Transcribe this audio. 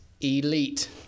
elite